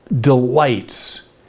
delights